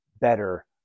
better